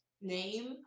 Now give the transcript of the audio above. name